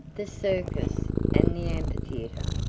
the circus, and the amphitheatre.